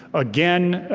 again,